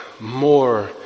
more